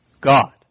God